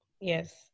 Yes